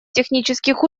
технических